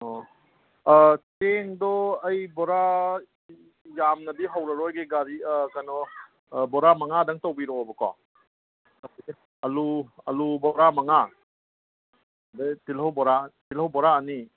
ꯑꯣ ꯆꯦꯡꯗꯣ ꯑꯩ ꯕꯣꯔꯥ ꯌꯥꯝꯅꯗꯤ ꯍꯧꯔꯔꯣꯏꯒꯦ ꯒꯥꯔꯤ ꯀꯩꯅꯣ ꯕꯣꯔꯥ ꯃꯉꯥꯗꯪ ꯇꯧꯕꯤꯔꯣꯕꯀꯣ ꯑꯥꯜꯂꯨ ꯑꯥꯜꯂꯨ ꯕꯣꯔꯥ ꯃꯉꯥ ꯑꯗꯒꯤ ꯇꯤꯜꯍꯧ ꯕꯣꯔꯥ ꯇꯤꯜꯍꯧ ꯕꯣꯔꯥ ꯑꯅꯤ